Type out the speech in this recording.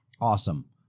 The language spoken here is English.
Awesome